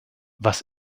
was